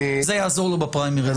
זה יעזור לו בפריימריז.